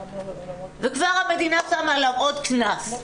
וכבר המדינה שמה עליו עוד קנס.